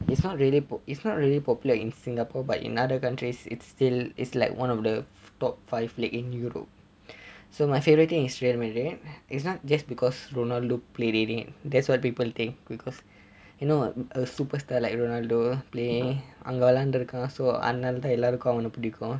it's not really it's not really popular in singapore but in other countries it's still it's like one of the top five league in europe so my favourite thing is real madrid it's not just because ronaldo play in it that's what people think because you know a superstar like ronaldo play அங்கே விளையாடிருக்கான்:ange vilaiyadirukkan so அதுனாலதான் எல்லாருக்கும் அவனே பிடிக்கும்:athunalethaan ellaarukkum avane pidikkum